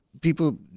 people